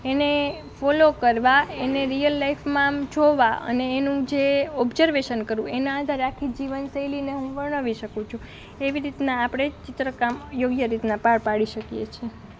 એને ફોલો કરવાં એને રિયલ લાઈફમાં આમ જોવાં અને એનું જે ઓબ્જર્વેશન કરું એનાં આધારે આખી જીવન શૈલીને હું વર્ણવી શકું છું એવી રીતનાં આપણે ચિત્રકામ યોગ્ય રીતનાં પાર પાડી શકીએ છે